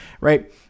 right